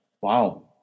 wow